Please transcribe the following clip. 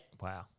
Wow